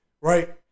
right